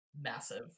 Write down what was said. massive